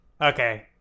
okay